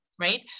right